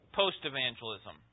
post-evangelism